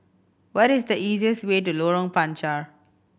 what is the easiest way to Lorong Panchar